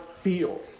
feel